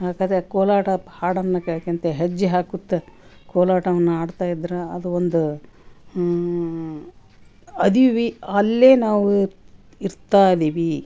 ಆಕದೆ ಕೋಲಾಟ ಪ್ ಹಾಡನ್ನು ಕೇಳ್ಕಂತ ಹೆಜ್ಜೆ ಹಾಕುತ್ತಾ ಕೋಲಾಟವನ್ನು ಆಡ್ತಾ ಇದರ ಅದು ಒಂದು ಇದೀವಿ ಅಲ್ಲೇ ನಾವು ಇರ್ತಾ ಇದೀವಿ